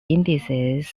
indices